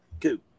two